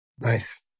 nice